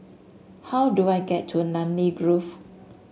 how do I get to Namly Grove